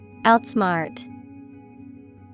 Outsmart